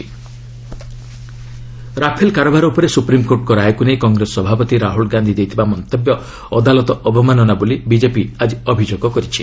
add ଏସ୍ସି Rafale Rafale କାରବାର ଉପରେ ସୁପ୍ରିମ୍କୋର୍ଟଙ୍କ ରାୟକୁ ନେଇ କଂଗ୍ରେସ ସଭାପତି ରାହ୍ରଲ୍ ଗାନ୍ଧି ଦେଇଥିବା ମନ୍ତବ୍ୟ ଅଦାଲତ ଅବମାନନା ବୋଲି ବିଜେପି ଆଜି ଅଭିଯୋଗ କରିଛି